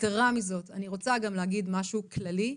יתרה מזאת: אני רוצה להגיד גם משהו כללי,